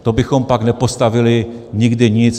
To bychom pak nepostavili nikdy nic.